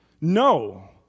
No